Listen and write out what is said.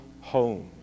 home